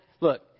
Look